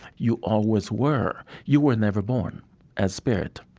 you always were. you were never born as spirit.